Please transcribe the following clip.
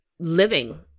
living